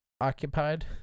occupied